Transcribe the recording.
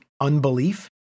unbelief